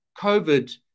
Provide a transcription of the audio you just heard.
COVID